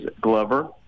Glover